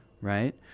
right